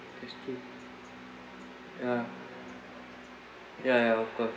that's true ya ya ya of course